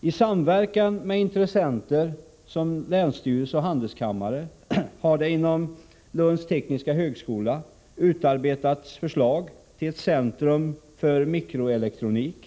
I samverkan med intressenter som länsstyrelse och handelskammare har det inom Lunds tekniska högskola utarbetats förslag till ett centrum för mikroelektronik.